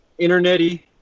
internet-y